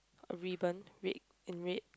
a ribbon red in red